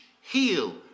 heal